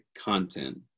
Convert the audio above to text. content